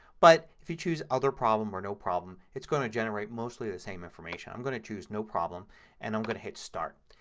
but if you choose other problem or no problem it's going to generate mostly the same information. i'm going to choose no problem and i'm going to hit start.